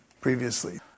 previously